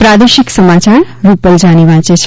પ્રાદેશિક સમાચાર રૂપલ જાની વાંચે છે